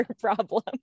problem